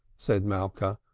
said malka,